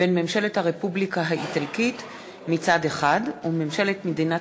בין ממשלת הרפובליקה האיטלקית וממשלת מדינת